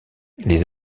les